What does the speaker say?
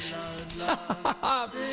Stop